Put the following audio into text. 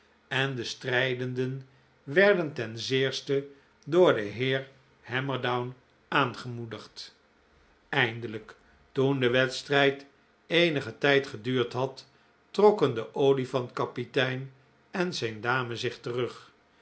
en de strijdenden werden ten zeerste door den heer hammerdown aangemoedigd eindelijk toen de wedstrijd eenigen tijd geduurd had trokken de olifant kapitein en zijn dame zich terug